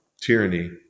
Tyranny